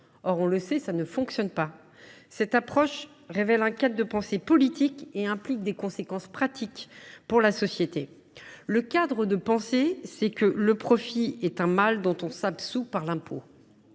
Or, on le sait, cela ne fonctionne pas. Cette approche révèle un cadre de pensée politique et implique des conséquences pratiques pour la société. Le cadre de pensée, c’est que le profit est un mal dont on s’absout par l’impôt.